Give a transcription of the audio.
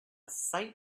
sight